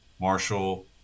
Marshall